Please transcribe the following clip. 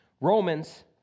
Romans